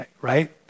right